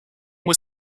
was